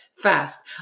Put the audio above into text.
fast